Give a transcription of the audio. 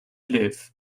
live